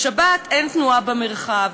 בשבת אין תנועה במרחב.